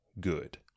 good